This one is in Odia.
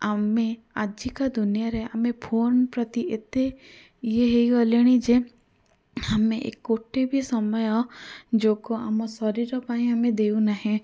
ଆମେ ଆଜିକା ଦୁନିଆରେ ଆମେ ଫୋନ୍ ପ୍ରତି ଏତେ ଇଏ ହେଇଗଲେଣି ଯେ ଆମେ ଗୋଟେ ବି ସମୟ ଯୋଗ ଆମ ଶରୀର ପାଇଁ ଆମେ ଦେଉନାହେଁ